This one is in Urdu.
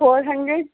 four hundred